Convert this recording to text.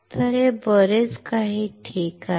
तर हे बरेच काही ठीक आहे